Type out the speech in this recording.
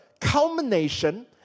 culmination